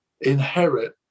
inherit